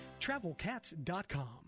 TravelCats.com